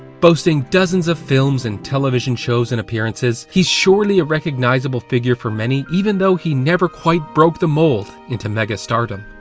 boasting dozens of films and television shows and appearances. he's surely a recognizable figure for many, even though he never quite broke the mold into mega-stardom.